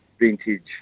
vintage